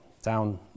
down